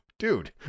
dude